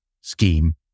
scheme